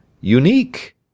unique